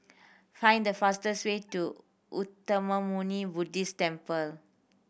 find the fastest way to Uttamayanmuni Buddhist Temple